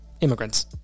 immigrants